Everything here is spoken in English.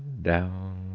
down,